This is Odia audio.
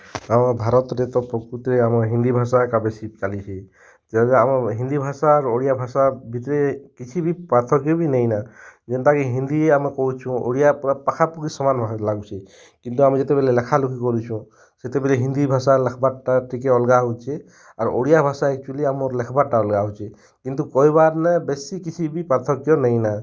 ଆମ ଭାରତରେ ତ ପ୍ରକୃତରେ ଆମର ହିନ୍ଦୀ ଭାଷା ଏକା ବେଶି ଚାଲିଛି ଆମ ହିନ୍ଦୀ ଭାଷା ଆର ଓଡ଼ିଆ ଭାଷା ଭିତରେ କିଛି ବି ପାର୍ଥକ୍ୟ ବି ନାଇଁନା ଯେନ୍ତାକି ହିନ୍ଦୀ ଆମେ କହୁଛୁ ଓଡ଼ିଆ ପୁରା ପାଖାପାଖି ସମାନ ଭାବରେ ଲାଗୁଛି କିନ୍ତୁ ଆମେ ଯେତେବେଲେ ଲେଖାଲେଖି କରୁଛୁ ସେତେବେଲେ ହିନ୍ଦୀ ଭାଷା ଲେଖବାରଟା ଟିକିଏ ଅଲଗା ହଉଛି ଆର ଓଡ଼ିଆ ଭାଷା ଆକଚୁଲିମର ଲେଖବାର ଟା ଅଲଗା ହଉଛି କିନ୍ତୁ କହିବାରନେ ବେଶି କିଛି ବି ପାର୍ଥକ୍ୟ ନାଇଁନା